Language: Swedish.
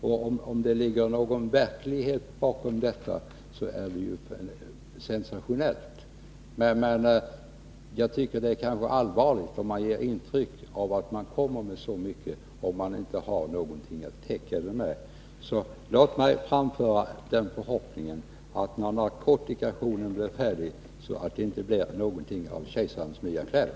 Om det ligger verklighet bakom det är det ju sensationellt. Jag tycker att det är allvarligt om man ger intryck av att man kommer med så mycket, om det inte finns någon täckning. Låt mig framföra förhoppningen att det här inte skall bli fråga om någonting av kejsarens nya kläder.